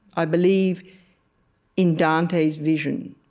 i believe in dante's vision.